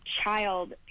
child